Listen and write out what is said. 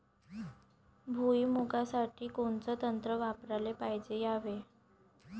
भुइमुगा साठी कोनचं तंत्र वापराले पायजे यावे?